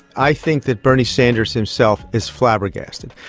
i think that bernie sanders himself is flabbergasted.